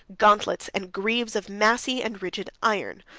gauntlets, and greaves of massy and rigid iron.